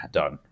done